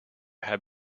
had